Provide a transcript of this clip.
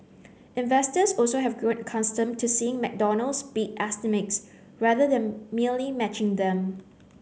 investors also have grown accustomed to seeing McDonald's beat estimates rather than merely matching them